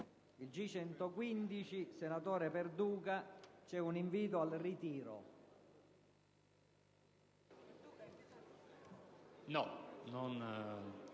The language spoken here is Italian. G115, senatore Perduca, c'è un invito al ritiro: